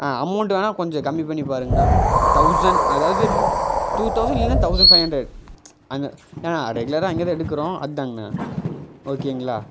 ஆ amount வேணால் கொஞ்சம் கம்மி பண்ணி பாருங்கண்ணா தௌசண்ட் அதாவது டூ தௌசண்ட் இல்லைன்னா தௌசண்ட் ஃபைவ் ஹண்ரட் அந்த ஏண்ணா ரெகுலராக அங்கேதான் எடுக்கிறோம் அதாங்கண்ணா ஓகேங்களா